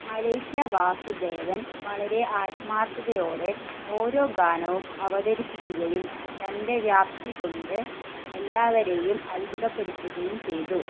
Malaysia Vasudevan വളരെ ആത്മാർത്ഥതയോടെ ഓരോ ഗാനവും അവതരിപ്പിക്കുകയും തൻ്റെ വ്യാപ്തി കൊണ്ട് എല്ലാവരേയും അത്ഭുതപ്പെടുത്തുകയും ചെയ്തു